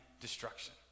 destruction